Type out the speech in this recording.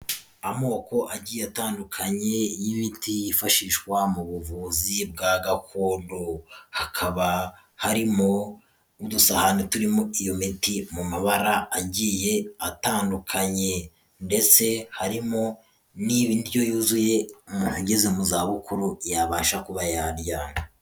Amoko agiye atandukanye y'ibiti, yifashishwa mu buvuzi bwa gakondo. Hakaba harimo n'udusahane turimo iyo miti, mu mabara agiye atandukanye. Ndetse harimo n'indyo yuzuye, umuntu ageze mu zabukuru, yabasha kuba yarya.